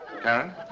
Karen